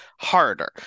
harder